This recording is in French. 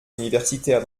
universitaires